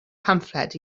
pamffled